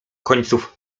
końców